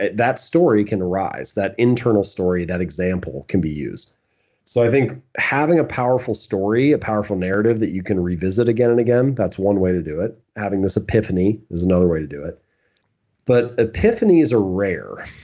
that story can arise. that internal story, that example can be used so i think having a powerful story, a powerful narrative that you can revisit again and again, that's one way to do it. having this epiphany is another way to do it but epiphanies are rare.